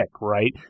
right